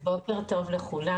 אז בוקר טוב לכולם.